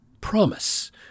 promise